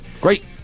Great